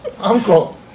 uncle